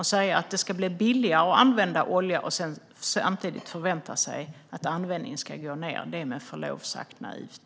Att säga att det ska bli billigare att använda olja och samtidigt förvänta sig att användningen ska minska är, med förlov sagt, naivt.